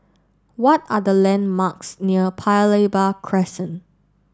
what are the landmarks near Paya Lebar Crescent